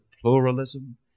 pluralism